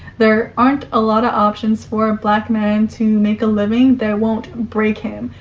there aren't a lot of options for a black man to make a living that won't break him,